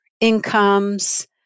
incomes